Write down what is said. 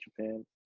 Japan